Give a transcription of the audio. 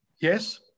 Yes